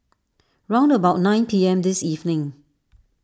round about nine P M this evening